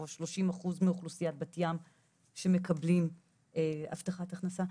או שלושים אחוז מאוכלוסיית בת ים שמקבלים הבטחת הכנסה.